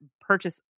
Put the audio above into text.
purchase